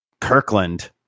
Kirkland